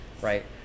right